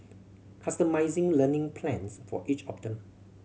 customising learning plans for each of them